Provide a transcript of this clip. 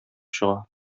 чыга